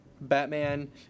Batman